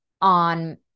on